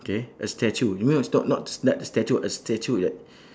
K a statue you know it's not not s~ not the statue a statue ya